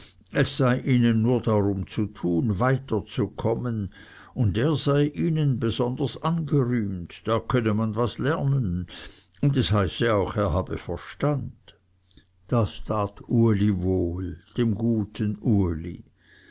es sei ihnen nur darum zu tun weiterzukommen und er sei ihnen besonders angerühmt da könnte man was lernen und es heiße auch er habe verstand das tat uli wohl dem guten uli